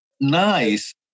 Nice